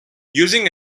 using